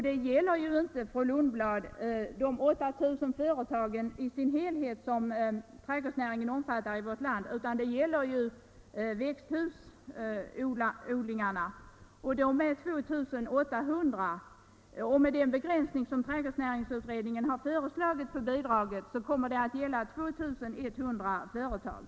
Det gäller ju inte, fru Lundblad, alla de 8 000 företag som trädgårdsnäringen omfattar i vårt land, utan endast växthusodlarna, och de är 2800. Med den begränsning trädgårdsnäringsutredningen föreslagit för bidraget kommer det att gälla 2 100 företag.